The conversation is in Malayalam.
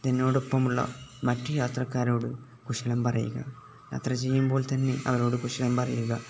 തന്നോടൊപ്പമുള്ള മറ്റു യാത്രക്കാരോടു കുശലം പറയുക യാത്ര ചെയ്യുമ്പോള്ത്തന്നെ അവരോടു കുശലം പറയുക